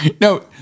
No